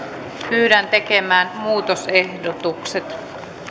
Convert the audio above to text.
pyydän tekemään muutosehdotukset